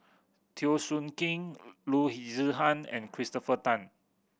Teo Soon Kim Loo Zihan and Christopher Tan